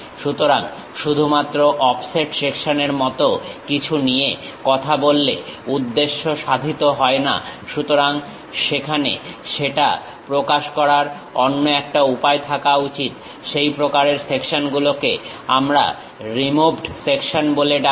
সুতরাং শুধুমাত্র অফসেট সেকশনের মত কিছু নিয়ে কথা বললে উদ্দেশ্য সাধিত হয় না সুতরাং সেখানে সেটা প্রকাশ করার অন্য একটা উপায় থাকা উচিত সেই প্রকারের সেকশনগুলোকে আমরা রিমুভড সেকশন বলে ডাকি